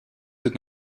did